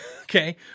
Okay